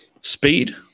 speed